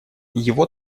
его